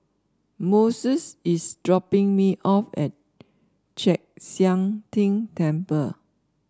Moses is dropping me off at Chek Sian Tng Temple